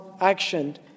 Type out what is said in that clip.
action